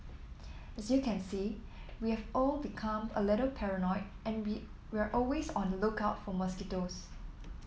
as you can see we have all become a little paranoid and we we're always on the lookout for mosquitoes